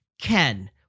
Ken